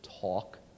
Talk